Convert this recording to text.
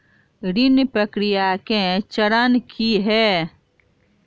ऋण प्रक्रिया केँ चरण की है?